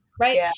Right